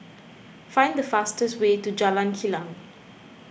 find the fastest way to Jalan Kilang